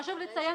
חשוב לציין